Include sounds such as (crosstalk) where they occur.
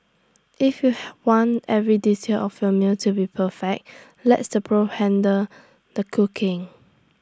if you (noise) want every detail of your meal to be perfect lets the pros handle the cooking